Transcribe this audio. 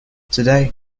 today